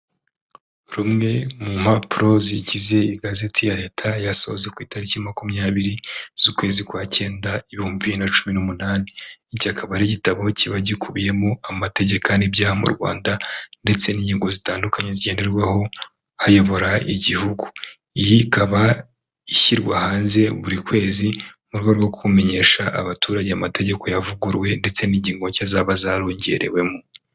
Rumwe mu mpapuro zigize igazeti ya leta yasohotse ku itariki makumyabiri z'ukwezi kwa cyenda ibihumbi bibiri na cumi n'umunani ,iki akaba ari igitabo kiba gikubiyemo amategeko n'ibyaha mu rwanda ndetse n'ingingo zitandukanye zigenderwaho hayobora igihugu iyi ikaba ishyirwa hanze buri kwezi mu rwego rwo kumenyesha abaturage amategeko yavuguruwe ndetse n'ingingo nshya zaba zarongerewemo.